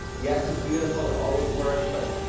yes, it's beautiful, it always works, but,